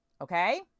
Okay